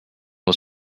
was